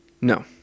No